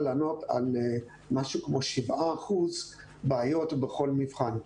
לענות על משהו כמו שבעה אחוזים בעיות בכל מבחן.